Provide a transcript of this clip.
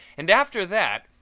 and after that,